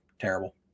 terrible